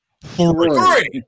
Three